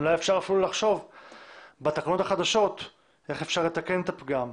אולי אפשר אפילו לחשוב בתקנות החדשות איך אפשר לתקן את הפגם.